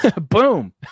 boom